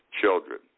Children